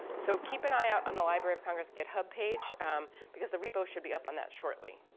so keep an eye out on the library of congress github page because the repo should be up on that shortly.